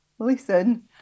listen